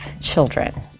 children